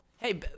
Hey